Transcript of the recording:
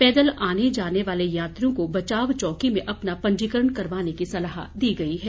पैदल आने जाने वाले यात्रियों को बचाव चौकी में अपना पंजीकरण करवाने की सलाह दी गई है